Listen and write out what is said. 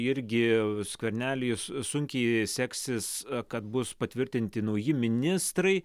irgi skverneliui sun sunkiai seksis kad bus patvirtinti nauji ministrai